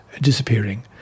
disappearing